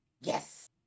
yes